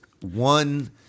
one